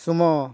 ᱥᱩᱢᱚ